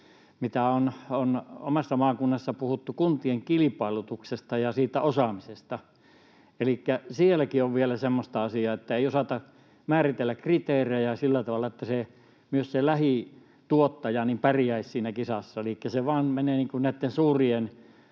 mistä on omassa maakunnassanikin puhuttu, eli kuntien kilpailutuksesta ja siitä osaamisesta. Elikkä sielläkin on vielä semmoista asiaa, että ei osata määritellä kriteerejä sillä tavalla, että myös se lähituottaja pärjäisi siinä kisassa. Elikkä se vain menee niin kuin